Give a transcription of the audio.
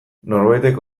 norbaitek